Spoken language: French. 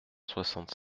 soixante